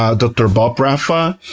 ah dr. bob raffa,